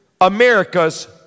America's